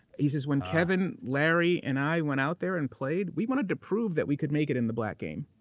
he says, when kevin, larry and i went out there and played, we wanted to prove that we could make it in the black game.